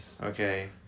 Okay